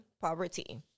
poverty